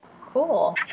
cool